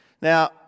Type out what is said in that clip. Now